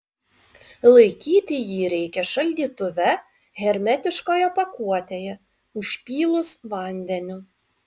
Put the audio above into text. laikyti jį reikia šaldytuve hermetiškoje pakuotėje užpylus vandeniu